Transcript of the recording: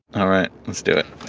alright let's do it.